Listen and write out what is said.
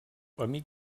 amic